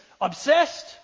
obsessed